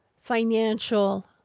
financial